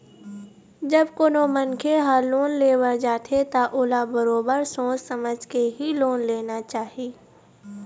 जब कोनो मनखे ह लोन ले बर जाथे त ओला बरोबर सोच समझ के ही लोन लेना चाही